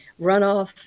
runoff